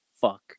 fuck